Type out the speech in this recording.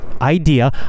Idea